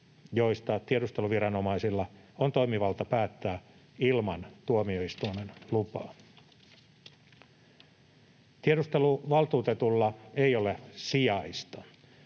joista tiedusteluviranomaisilla on toimivalta päättää ilman tuomioistuimen lupaa Tiedusteluvaltuutetulla ei ole sijaista,